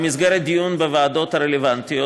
במסגרת הדיון בוועדות הרלוונטיות,